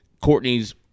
Courtney's